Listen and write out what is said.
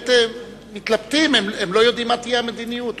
שבאמת מתלבטים, הם לא יודעים מה תהיה המדיניות.